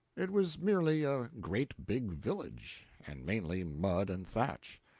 it was merely a great big village and mainly mud and thatch.